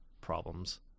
problems